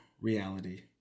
reality